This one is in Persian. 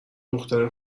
دختره